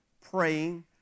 praying